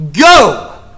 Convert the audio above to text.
go